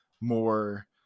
more